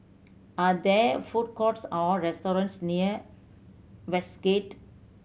are there food courts or restaurants near Westgate